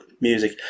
music